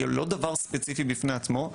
היא לא דבר ספציפי בפני עצמו,